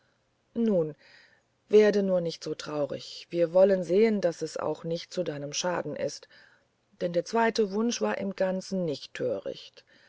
nun werde nur nicht so traurig wir wollen sehen daß es auch so nicht zu deinem schaden ist denn der zweite wunsch war im ganzen nicht